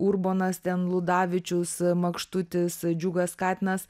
urbonas ten ludavičius makštutis džiugas katinas